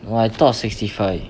no I thought sixty five